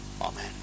Amen